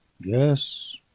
yes